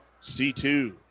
C2